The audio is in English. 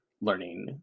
learning